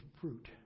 fruit